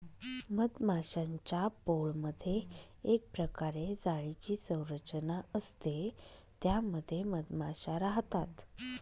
मधमाश्यांच्या पोळमधे एक प्रकारे जाळीची संरचना असते त्या मध्ये मधमाशा राहतात